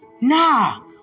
Nah